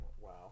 Wow